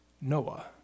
Noah